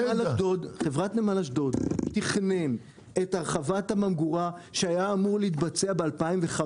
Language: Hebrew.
חברת נמל אשדוד תכננה את הרחבת הממגורה שהייתה אמורה להתבצע ב-2015.